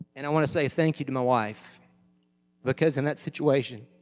and i want to say thank you to my wife because, in that situation,